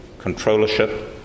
controllership